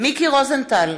מיקי רוזנטל,